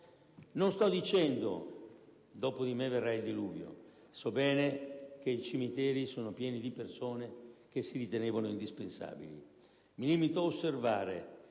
Non sto dicendo: «Dopo di me verrà il diluvio»: so bene che i cimiteri sono pieni di persone che si ritenevano indispensabili. Mi limito a osservare